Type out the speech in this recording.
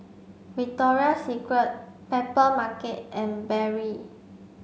Victoria Secret Papermarket and Barrel